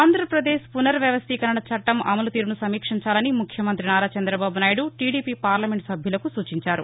ఆంధ్రాపదేశ్ పునర్ వ్యవస్థీకరణ చట్టం అమలు తీరును సమీక్షించాలని ముఖ్యమంత్రి నారా చంద్రబాబు నాయుడు టీడీపీ పార్లమెంట్ సభ్యులకు సూచించారు